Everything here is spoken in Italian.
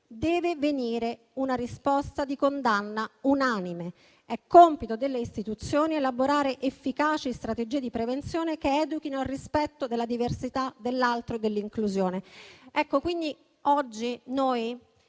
deve venire una risposta di condanna unanime. È compito delle istituzioni elaborare efficaci strategie di prevenzione che educhino al rispetto della diversità dell'altro e all'inclusione. Quindi oggi noi